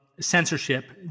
censorship